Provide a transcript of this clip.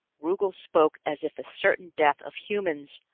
rugel spoke as if the certain death of humans,